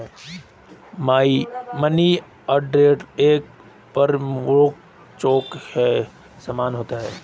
money order एक प्रमाणिक cheque के समान होता है